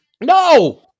No